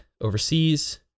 overseas